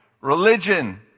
religion